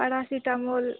paracetamol